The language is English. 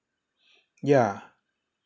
ya